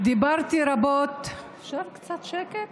דיברתי רבות אפשר קצת שקט?